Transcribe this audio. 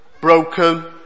Broken